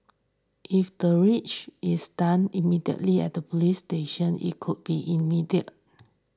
if the triage is done immediately at the police station it could be immediate